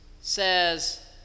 says